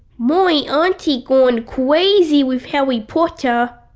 my auntie gone crazy with harry potter